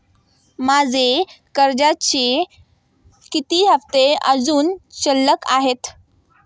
माझे कर्जाचे किती हफ्ते अजुन शिल्लक आहेत?